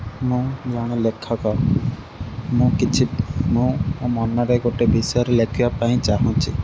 ମୁଁ ଜଣେ ଲେଖକ ମୁଁ କିଛି ମୁଁ ମୋ ମନରେ ଗୋଟିଏ ବିଷୟରେ ଲେଖିବା ପାଇଁ ଚାହୁଁଛି